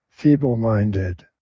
feeble-minded